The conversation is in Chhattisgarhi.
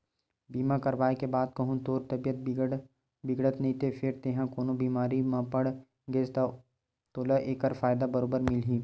बीमा करवाय के बाद कहूँ तोर तबीयत बिगड़त नइते फेर तेंहा कोनो बेमारी म पड़ गेस ता तोला ऐकर फायदा बरोबर मिलही